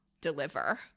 deliver